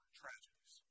tragedies